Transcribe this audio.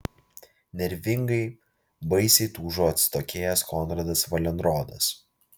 nervingai baisiai tūžo atsitokėjęs konradas valenrodas